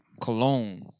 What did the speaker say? cologne